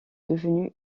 devenu